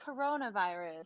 coronavirus